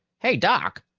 hey, doc!